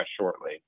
shortly